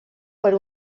per